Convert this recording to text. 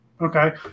Okay